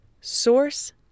source